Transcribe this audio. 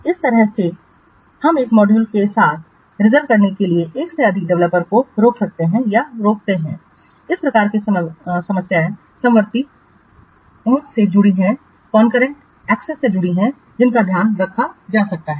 तो इस तरह से हम एक मॉड्यूल को एक साथ रिजर्वकरने के लिए एक से अधिक डेवलपर को रोक सकते हैं या रोक सकते हैं इस प्रकार जो समस्याएं समवर्ती पहुंच से जुड़ी हैं जिनका ध्यान रखा जा सकता है